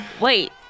Wait